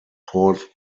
port